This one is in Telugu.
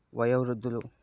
వయోవృద్ధులు